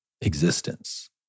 existence